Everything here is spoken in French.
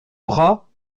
bras